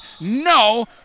no